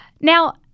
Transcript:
Now